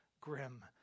grim